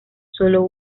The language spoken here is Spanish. solo